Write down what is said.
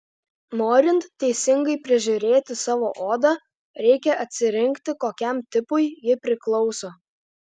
norint teisingai prižiūrėti savo odą reikia atsirinkti kokiam tipui ji priklauso